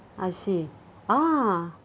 I see ah